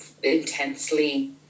intensely